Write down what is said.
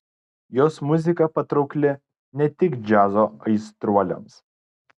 jos muzika patraukli ne tik džiazo aistruoliams